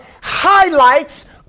highlights